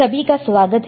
सभी का स्वागत है